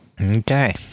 Okay